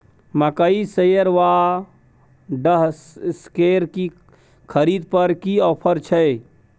मकई शेलर व डहसकेर की खरीद पर की ऑफर छै?